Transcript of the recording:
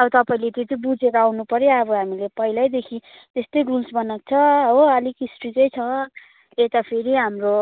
अब त्यो चाहिँ तपाईँले त्यो चाहिँ अब बुझेर आउनु पऱ्यो अब हामीले पहिल्यैदेखि त्यस्तै रुल्स बनाएको छ हो अलिक स्ट्रिक्टै छ यता फेरि हाम्रो